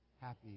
Happy